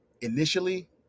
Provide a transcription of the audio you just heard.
initially